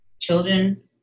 children